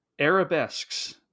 Arabesques